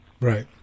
right